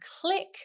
click